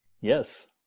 Yes